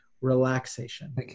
relaxation